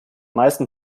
meisten